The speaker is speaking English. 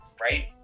right